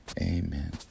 amen